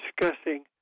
discussing